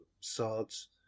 swords